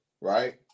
right